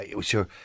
Sure